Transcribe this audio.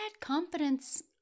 confidence